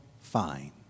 fine